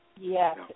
Yes